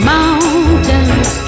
Mountains